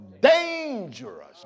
Dangerous